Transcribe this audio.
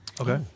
Okay